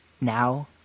now